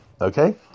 okay